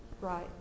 Right